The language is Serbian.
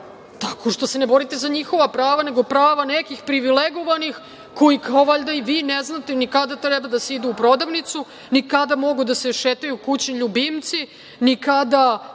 Tako što se ne borite za njihova prava, nego za prava nekih privilegovanih koji, kao valjda i vi ne znaju kada treba da se ide u prodavnicu, ni kada mogu da se šetaju kućni ljubimci, ni kada